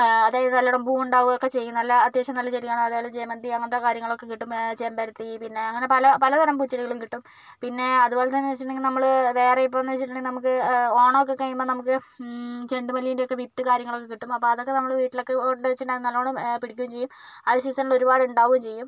അതായത് നല്ലവണ്ണം പൂവ് ഉണ്ടാവുകയൊക്കെ ചെയ്യും നല്ല അത്യാവശ്യം നല്ല ചെടിയാണ് അത്പോലെ ജമന്തി അങ്ങനത്തെ കാര്യങ്ങളൊക്കെ കിട്ടും ചെമ്പരത്തി പിന്നെ അങ്ങനെ പല പലതരം പൂച്ചെടികളും കിട്ടും പിന്നെ അതുപോലെ തന്നെ വെച്ചിട്ടുണ്ടെങ്കിൽ നമ്മൾ വേറെ ഇപ്പോഴെന്ന് വെച്ചിട്ടുണ്ടെങ്കിൽ നമുക്ക് ഓണമൊക്കെ കഴിയുമ്പോൾ നമുക്ക് ചെണ്ടുമല്ലിൻ്റെയൊക്കെ വിത്ത് കാര്യങ്ങളൊക്കെ കിട്ടും അപ്പോൾ അതൊക്കെ നമ്മൾ വീട്ടിലൊക്കെ കൊണ്ട് വെച്ചിണ്ടെങ്കിൽ അത് നല്ലവണ്ണം പിടിക്കും ചെയ്യും അത് സീസണൽ ഒരുപാട് ഉണ്ടാവുകയും ചെയ്യും